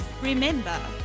Remember